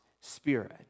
spirit